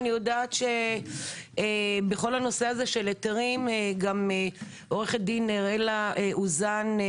אני יודעת שבכל הנושא הזה של היתרים גם עורכת הדין אראלה אוזן,